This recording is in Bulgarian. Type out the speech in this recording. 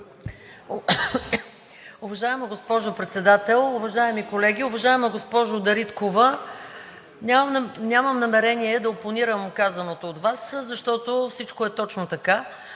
Уважаема госпожо Председател, уважаеми колеги! Уважаема госпожо Дариткова, нямам намерение да опонирам на казаното от Вас, защото всичко е точно така.